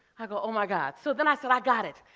i go, oh my god. so then i said, i got it.